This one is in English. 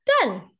done